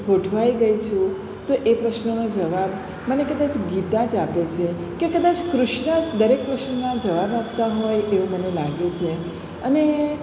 ઘૂંટવાઈ ગઈ છું તો એ પ્રશ્નનો જવાબ મને કદાચ ગીતા જ આપે છે કે કદાચ કૃષ્ણ જ દરેક પ્રશ્નનો જવાબ આપતા હોય તેવું મને લાગે છે અને